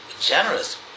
generous